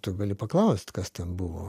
tu gali paklaust kas ten buvo